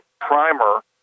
primer